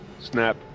snap